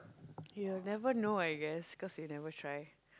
you'll never know I guess cause you never try